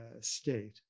state